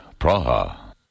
Praha